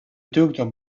dukedom